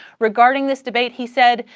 regarding this debate, he said,